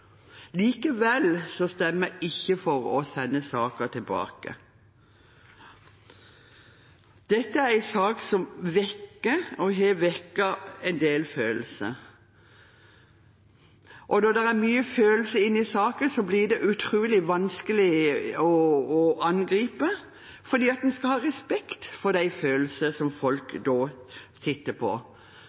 Likevel stemmer jeg ikke for å sende saken tilbake. Dette er en sak som vekker og har vekket en del følelser, og når det er mye følelser i saker, blir det utrolig vanskelig å angripe, for en skal ha respekt for de følelsene folk sitter med. Det var følelser